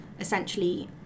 essentially